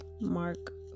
Mark